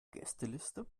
gästeliste